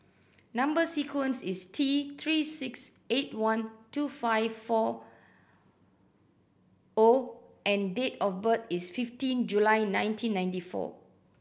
number sequence is T Three six eight one two five four O and date of birth is fifteen July nineteen ninety four